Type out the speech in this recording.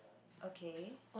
okay